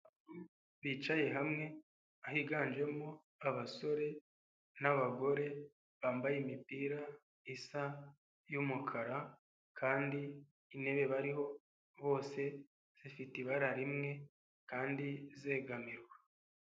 Bicaye hamwe, ahiganjemo abasore n'abagore bambaye imipira isa y'umukara kandi intebe bariho bose zifite ibara rimwe kandi zegamirwa.